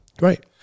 Right